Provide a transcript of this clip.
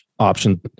option